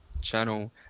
channel